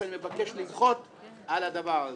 ואני מבקש למחות על הדבר הזה.